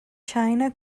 china